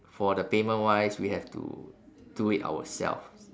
for the payment wise we have to do it ourselves